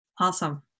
Awesome